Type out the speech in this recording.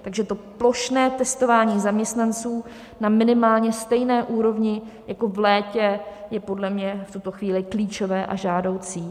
Takže to plošné testování zaměstnanců na minimálně stejné úrovni jako v létě je podle mě v tuto chvíli klíčové a žádoucí.